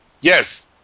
Yes